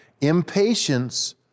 Impatience